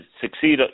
succeed